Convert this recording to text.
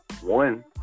one